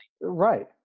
Right